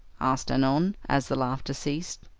asked annon, as the laughter ceased.